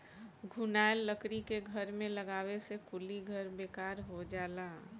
घुनाएल लकड़ी के घर में लगावे से कुली घर बेकार हो जाला